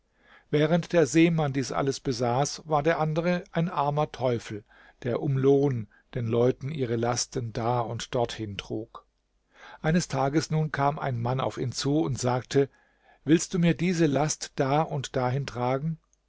während der seemann dies alles besaß war der andere ein armer teufel der um lohn den leuten ihre lasten da und dorthin trug eines tages nun kam ein mann auf ihn zu und sagte willst du mir diese last da und dahin tragen